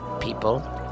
people